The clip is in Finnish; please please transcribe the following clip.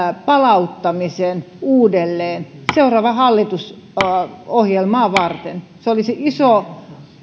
palauttamisen uudelleen seuraavaa hallitusohjelmaa varten se olisi iso